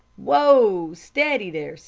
whoa steady there,